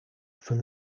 from